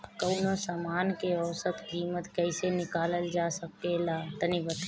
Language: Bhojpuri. कवनो समान के औसत कीमत कैसे निकालल जा ला तनी बताई?